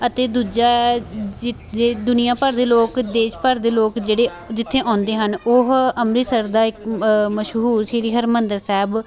ਅਤੇ ਦੂਜਾ ਜ ਜੇ ਦੁਨੀਆ ਭਰ ਦੇ ਲੋਕ ਦੇਸ਼ ਭਰ ਦੇ ਲੋਕ ਜਿਹੜੇ ਜਿੱਥੇ ਆਉਂਦੇ ਹਨ ਉਹ ਅੰਮ੍ਰਿਤਸਰ ਦਾ ਇੱਕ ਮਸ਼ਹੂਰ ਸ਼੍ਰੀ ਹਰਿਮੰਦਰ ਸਾਹਿਬ